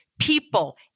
people